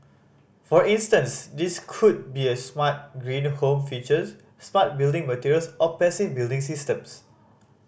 for instance these could be smart green home features smart building materials or passive building systems